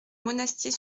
monastier